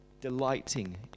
delighting